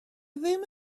ddim